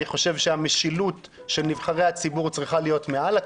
אני חושב שהמשילות של נבחרי הציבור צריכה להיות מעל לכול,